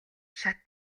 шат